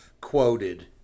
quoted